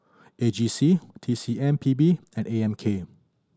A G C T C M P B and A M K